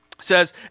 says